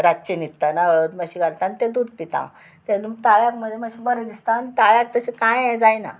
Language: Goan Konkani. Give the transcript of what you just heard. रातचें न्हिदतना हळद मातशें घालता आनी तें दूद पिता हांव तेदोन ताळ्याक म्हणजे मातशें बरें दिसता आनी ताळ्याक तशें कांय हें जायना